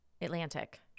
Atlantic